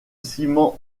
ciment